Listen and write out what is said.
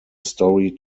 story